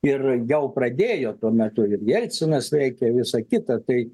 ir jau pradėjo tuo metu ir jelcinas veikė ir visa kita tai